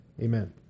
Amen